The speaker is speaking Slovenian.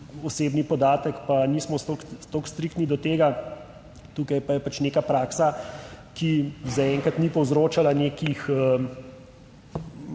osebni podatek pa nismo toliko striktni do tega, tukaj pa je pač neka praksa, ki zaenkrat ni povzročala nekih